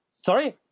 Sorry